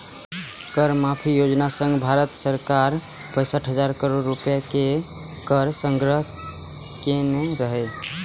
कर माफी योजना सं भारत सरकार पैंसठ हजार करोड़ रुपैया के कर संग्रह केने रहै